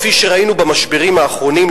כפי שראינו במשברים האחרונים,